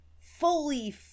fully